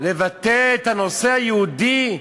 לבטא את הנושא היהודי,